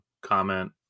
comment